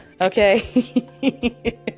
okay